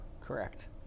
Correct